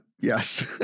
Yes